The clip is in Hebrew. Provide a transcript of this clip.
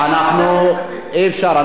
אי-אפשר.